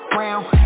round